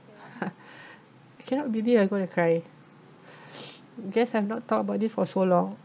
!huh! cannot believe I'm going to cry guess I've not talked about this for so long